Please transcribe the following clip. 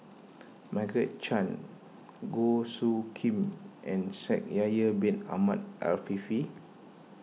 Margaret Chan Goh Soo Khim and Shaikh Yahya Bin Ahmed Afifi